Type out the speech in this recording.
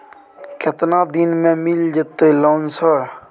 केतना दिन में मिल जयते लोन सर?